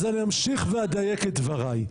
אז אני אמשיך ואדייק את דבריי.